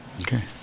Okay